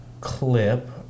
clip